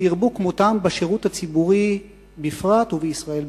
שירבו כמותם בשירות הציבורי בפרט ובישראל בכלל.